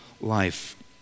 life